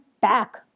back